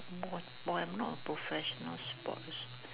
but but I am not a professional sports